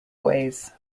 ways